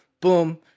Boom